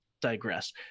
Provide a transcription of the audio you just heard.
digress